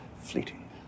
fleeting